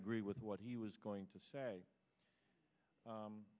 agree with what he was going to say